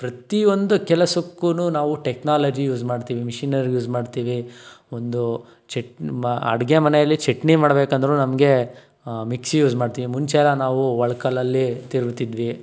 ಪ್ರತಿಯೊಂದು ಕೆಲಸಕ್ಕೂ ನಾವು ಟೆಕ್ನಾಲಜಿ ಯೂಸ್ ಮಾಡ್ತೀವಿ ಮಿಷಿನರಿ ಯೂಸ್ ಮಾಡ್ತೀವಿ ಒಂದು ಚೆಟ್ ಅಡುಗೆ ಮನೇಲಿ ಚಟ್ನಿ ಮಾಡಬೇಕಂದ್ರೂ ನಮಗೆ ಮಿಕ್ಸಿ ಯೂಸ್ ಮಾಡ್ತೀವಿ ಮುಂಚೆಯೆಲ್ಲ ನಾವು ಒಳ್ಕಲ್ಲಲ್ಲಿ ತಿರುವುತಿದ್ವಿ